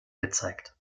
gezeigt